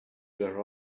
their